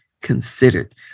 considered